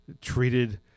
treated